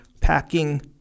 packing